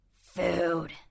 Food